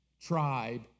tribe